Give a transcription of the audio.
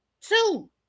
two